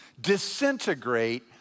disintegrate